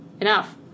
Enough